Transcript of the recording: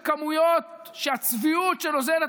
יש בו פופוליזם בכמויות שהצביעות שנוזלת